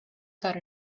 got